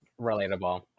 Relatable